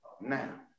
Now